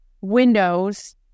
windows